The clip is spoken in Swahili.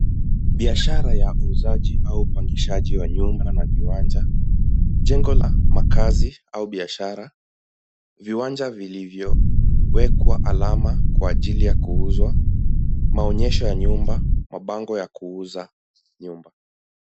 Biahasha ya uuzaji au upangishaji wa manyumba na viwanja. Jengo la makaazi au biashara. Viwanja vilivyowekwa alama kwa ajili ya kuuzwa, maonyesho ya nyumba, mabango ya kuuza nyumba.